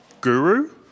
guru